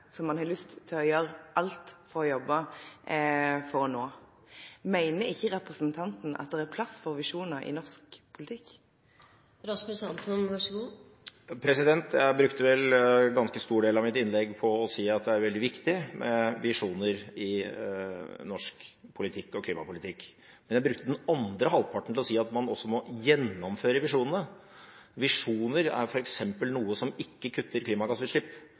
som man har lyst til å gjøre alt for å nå. Mener ikke representanten at det er plass for visjoner i norsk politikk? Jeg brukte vel en ganske stor del av mitt innlegg på å si at det er veldig viktig med visjoner i norsk politikk og klimapolitikk, men jeg brukte den andre halvparten på å si at man også må gjennomføre visjonene. Visjoner er f.eks. noe som ikke kutter klimagassutslipp.